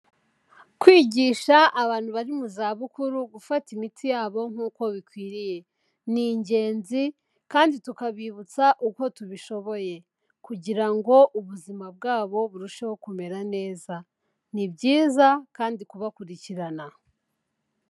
Kwigisha abantu bari mu za bukuru gufata imiti yabo nk'uko bikwiriye ni ingenzi, kandi tukabibutsa uko tubishoboye, kugira ngo ubuzima bwabo burusheho kumera neza. Ni byiza kandi kubakurikirana.